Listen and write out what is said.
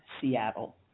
Seattle